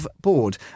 board